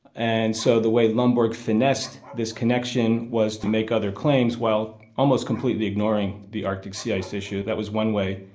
and so the way lomborg finessed this connection was to make other claims while almost completely ignoring the arctic sea ice issue. that was one way.